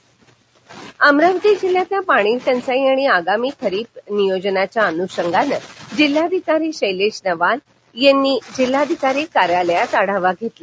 अमरावती पाणी टंचाई आढावा अमरावती जिल्ह्यातल्या पाणी टंचाई आणि आगामी खरीप नियोजनाच्या अनुषंगानं जिल्हाधिकारी शैलेश नवाल यांनी जिल्हाधिकारी कार्यालयात आढावा घेतला